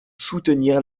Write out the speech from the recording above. soutenir